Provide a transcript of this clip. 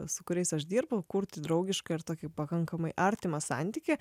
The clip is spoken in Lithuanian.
su kuriais aš dirbu kurti draugišką ir tokį pakankamai artimą santykį